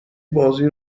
بازی